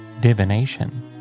divination